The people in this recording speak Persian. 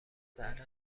ذره